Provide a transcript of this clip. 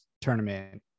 tournament